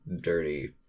dirty